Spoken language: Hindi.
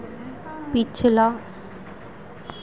पिछला